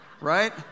Right